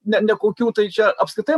ne nekokių tai čia apskritai